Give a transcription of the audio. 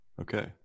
Okay